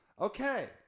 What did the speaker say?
Okay